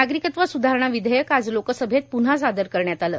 नागरिकत्व सुधारणा विधेयक आज लोकसभेत प्न्हा सादर करण्यात आलं